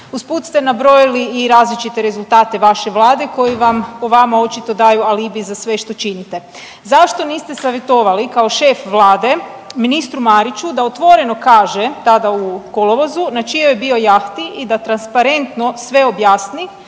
Uz put ste nabrojali i različite rezultate vaše vlade koji vam po vama očito daju alibi za sve što činite. Zašto niste savjetovali kao šef vlade ministru Mariću da otvoreno kaže tada u kolovozu na čijoj je bio jahti i da transparentno sve objasni